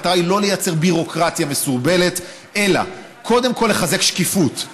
המטרה היא לא לייצר ביורוקרטיה מסורבלת אלא קודם כול לחזק שקיפות,